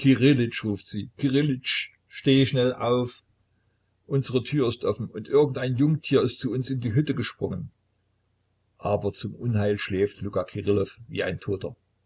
steh schnell auf unsere tür ist offen und irgendein jungtier ist zu uns in die hütte gesprungen aber zum unheil schläft luka kirillow wie ein toter